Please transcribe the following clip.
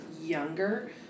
younger